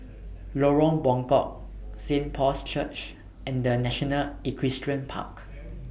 Lorong Buangkok Saint Paul's Church and The National Equestrian Park